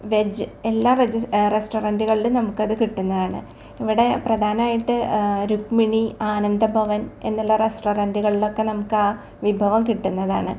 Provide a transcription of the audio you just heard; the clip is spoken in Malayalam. വെജ്ജ് എല്ലാ വെജ്ജസ് റെസ്റ്റോറൻറ്റുകളിലും നമുക്കത് കിട്ടുന്നതാണ് ഇവിടെ പ്രധാനമായിട്ട് രുക്മിണി ആനന്ദഭവൻ എന്നുള്ള റെസ്റ്റോറൻറ്റുകളിലൊക്കെ നമുക്കാ വിഭവം കിട്ടുന്നതാണ്